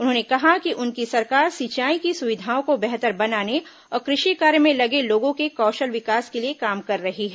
उन्होंने कहा कि उनकी सरकार सिंचाई की सुविधाओं को बेहतर बनाने और कृषि कार्य में लगे लोगों के कौशल विकास के लिए काम कर रही है